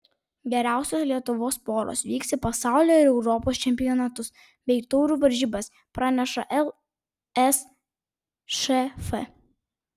geriausios lietuvos poros vyks į pasaulio ir europos čempionatus bei taurių varžybas praneša lsšf